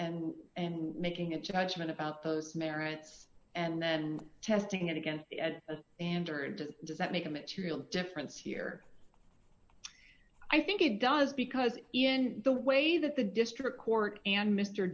and and making a judgment about those merits and then testing it against a standard does that make a material difference here i think it does because in the way that the district court and mr